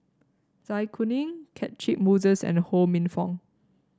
Zai Kuning Catchick Moses and Ho Minfong